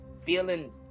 feeling